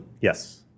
Yes